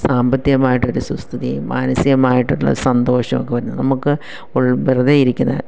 സാമ്പത്തികമായിട്ടൊരു സുസ്ഥിതിയും മാനസികമായിട്ടുള്ള സന്തോഷമൊക്കെ വരുന്നു നമുക്ക് വെറുതെ ഇരിക്കുന്ന